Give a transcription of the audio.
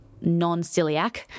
non-celiac